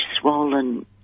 swollen